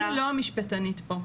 אני לא המשפטנית פה,